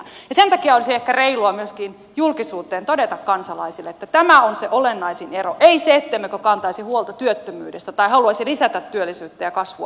sen takia olisi ehkä reilua myöskin julkisuuteen todeta kansalaisille että tämä on se olennaisin ero ei se ettemmekö kantaisi huolta työttömyydestä tai haluaisi lisätä työllisyyttä ja kasvua